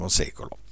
secolo